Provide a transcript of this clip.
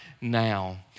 now